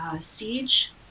siege